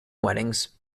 weddings